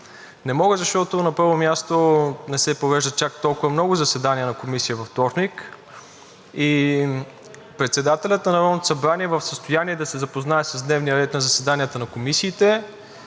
Не мога, защото, на първо място, не се провеждат чак толкова много заседания на комисии във вторник. Председателят на Народното събрание е в състояние да се запознае с дневния ред на заседанията на комисиите,